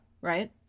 right